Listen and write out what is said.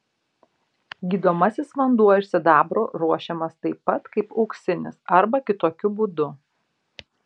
gydomasis vanduo iš sidabro ruošiamas taip pat kaip auksinis arba kitokiu būdu